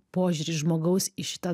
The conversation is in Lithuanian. požiūrį į žmogaus į šitą